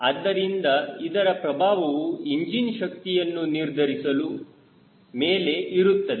ಆದ್ದರಿಂದ ಇದರ ಪ್ರಭಾವವು ಇಂಜಿನ್ ಶಕ್ತಿಯನ್ನು ನಿರ್ಧರಿಸುವ ಮೇಲೆ ಇರುತ್ತದೆ